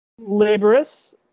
laborious